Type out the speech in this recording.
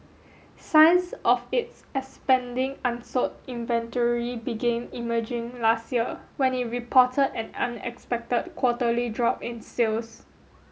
signs of its expanding unsold inventory began emerging last year when it reported an unexpected quarterly drop in sales